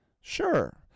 sure